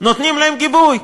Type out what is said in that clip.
נותנים להם גיבוי.